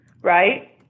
right